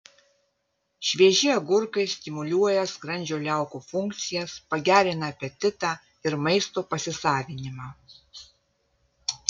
švieži agurkai stimuliuoja skrandžio liaukų funkcijas pagerina apetitą ir maisto pasisavinimą